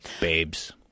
Babes